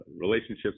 relationships